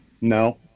No